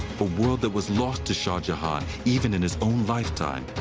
a world that was lost to shah jahan, even in his own lifetime,